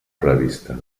prevista